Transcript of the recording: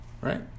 right